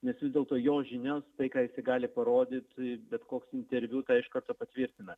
nes vis dėlto jo žinias tai ką jisai gali parodyt bet koks interviu iš karto patvirtina